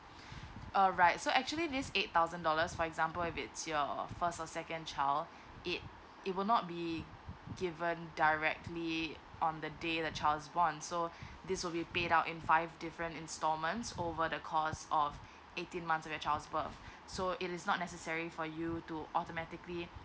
alright so actually this eight thousand dollars for example if it's your first or second child it it will not be given directly on the day the child's born so this will be paid out in five different installments over the costs of eighteen months of your child's birth so it is not necessary for you to automatically